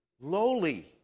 lowly